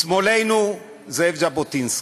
משמאלנו זאב ז'בוטינסקי.